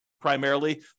primarily